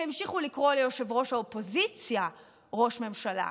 הם המשיכו לקרוא לראש האופוזיציה ראש ממשלה,